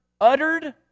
uttered